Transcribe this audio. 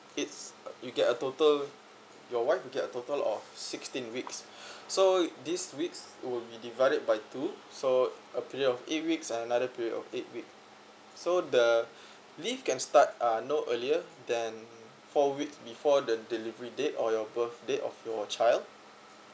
it's you get a total your wife will get a total of sixteen weeks so these weeks will be divided by two so a period of eight weeks and another period of eight week so the leave can start uh no earlier than four week before the delivery date or your birth date of your child